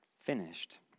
finished